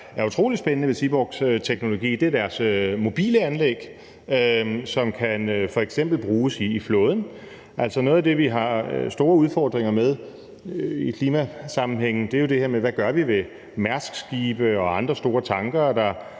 er utrolig spændende ved Seaborgs teknologi, er deres mobile anlæg, som f.eks. kan bruges i flåden. Altså, noget af det, vi har store udfordringer med i klimasammenhænge, er jo det her med, hvad vi gør ved Mærskskibe og andre store tankere,